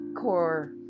core